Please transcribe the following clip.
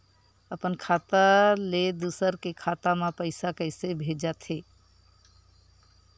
अपन खाता ले दुसर के खाता मा पईसा कइसे भेजथे?